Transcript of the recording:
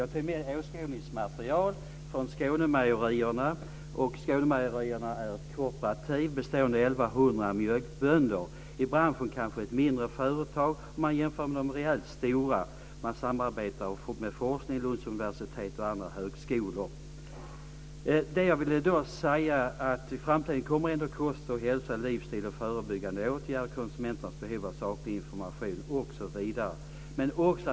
Jag tog med ett åskådningsmaterial från Skånemejerier som är ett kooperativ och består av 1 100 mjölkbönder. Det kanske är ett mindre företag i branschen om man jämför med de rejält stora. Man samarbetar i forskningen med Lunds universitet och andra högskolor. I framtiden kommer kost, hälsa, livsstil, förebyggande åtgärder och konsumenternas behov av sakliga information osv. att ha betydelse.